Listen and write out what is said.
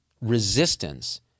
resistance